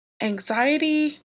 anxiety